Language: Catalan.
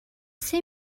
ser